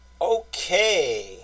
Okay